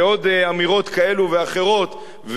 ועוד אמירות כאלו ואחרות,